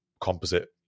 composite